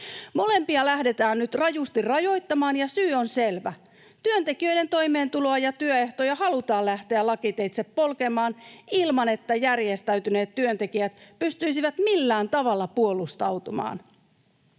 Molempia lähdetään nyt rajusti rajoittamaan, ja syy on selvä. Työntekijöiden toimeentuloa ja työehtoja halutaan lähteä lakiteitse polkemaan ilman, että järjestäytyneet työntekijät pystyisivät millään tavalla puolustautumaan.